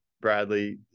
Bradley